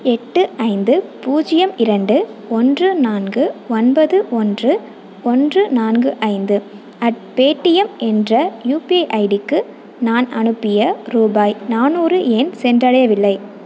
எட்டு ஐந்து பூஜ்ஜியம் இரண்டு ஒன்று நான்கு ஒன்பது ஒன்று ஒன்று நான்கு ஐந்து அட் பேடிஎம் என்ற யூபி ஐடிக்கு நான் அனுப்பிய ரூபாய் நானூறு ஏன் சென்றடையவில்லை